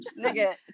nigga